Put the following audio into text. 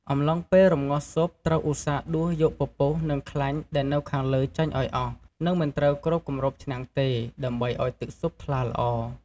អំឡុងពេលរម្ងាស់ស៊ុបត្រូវឧស្សាហ៍ដួសយកពពុះនិងខ្លាញ់ដែលនៅខាងលើចេញឱ្យអស់ និងមិនត្រូវគ្របគម្របឆ្នាំងទេដើម្បីឱ្យទឹកស៊ុបថ្លាល្អ។